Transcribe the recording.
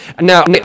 Now